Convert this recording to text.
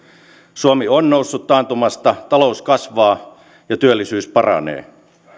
suomi on noussut taantumasta talous kasvaa ja työllisyys paranee